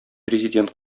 президент